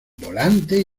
volante